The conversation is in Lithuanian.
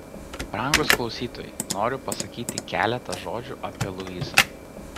brangūs klausytojai noriu pasakyti keletą žodžių apie luisą